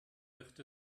wird